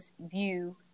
view